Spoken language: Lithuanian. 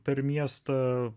per miestą